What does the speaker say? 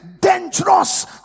dangerous